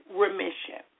remission